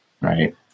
Right